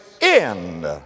end